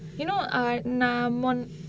you know err நா மொன்~:naa mon~